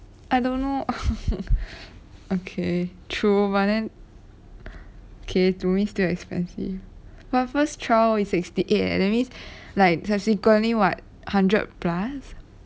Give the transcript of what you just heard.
I don't know okay true but then okay to me still expensive but first trial is sixty eight leh that means like subsequently what hundred plus